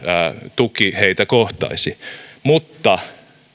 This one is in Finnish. tuki heitä kohtaisi mutta